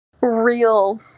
real